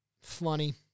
funny